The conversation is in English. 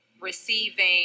receiving